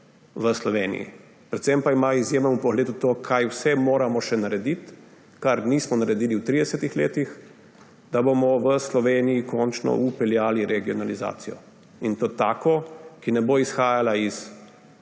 v Sloveniji. Predvsem pa ima izjemen vpogled v to, kaj vse še moramo narediti, česar nismo naredili v tridesetih letih, da bomo v Sloveniji končno vpeljali regionalizacijo; in to tako, ki ne bo izhajala iz